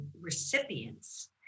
recipients